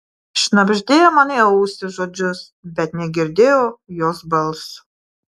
šnabždėjo man į ausį žodžius bet negirdėjau jos balso